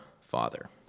Father